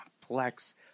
complex